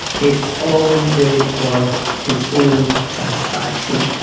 it's all really for his own satisfaction.